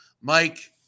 Mike